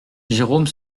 jérôme